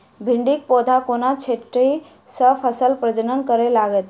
भिंडीक पौधा कोना छोटहि सँ फरय प्रजनन करै लागत?